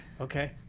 Okay